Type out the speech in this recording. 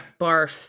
Barf